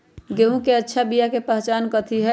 गेंहू के अच्छा बिया के पहचान कथि हई?